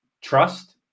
trust